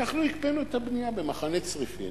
אנחנו הקפאנו את הבנייה במחנה צריפין,